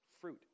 fruit